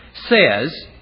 Says